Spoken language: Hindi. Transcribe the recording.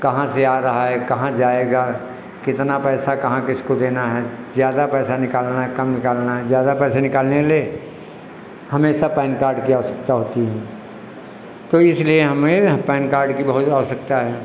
कहाँ से आ रहा है कहाँ जाएगा कितना पैसा कहाँ किसको देना है ज़्यादा पैसा निकालना है कम निकालना है ज़्यादा पैसा निकलाने के लिए हमेशा पैन कार्ड की आवश्यकता होती हैं तो इसलिए हमें यह पैन कार्ड की बहुत आवश्यकता है